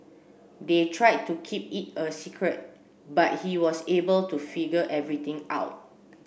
they tried to keep it a secret but he was able to figure everything out